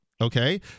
okay